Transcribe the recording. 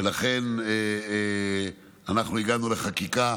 ולכן אנחנו הגענו לחקיקה.